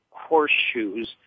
horseshoes